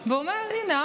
ואומר: הינה,